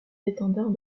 l’étendard